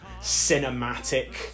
cinematic